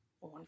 on